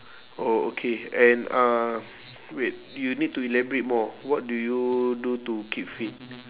oh okay and uh wait you need to elaborate more what do you do to keep fit